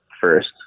first